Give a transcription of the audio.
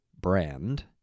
Brand